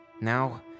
Now